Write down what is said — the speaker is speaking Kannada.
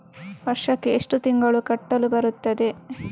ವರ್ಷಕ್ಕೆ ಎಷ್ಟು ತಿಂಗಳು ಕಟ್ಟಲು ಬರುತ್ತದೆ?